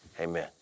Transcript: amen